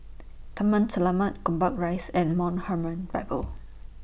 Taman Selamat Gombak Rise and Mount Hermon Bible